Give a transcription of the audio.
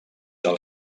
del